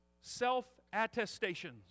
self-attestations